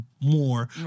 more